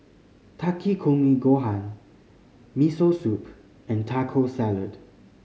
Takikomi Gohan Miso Soup and Taco Salad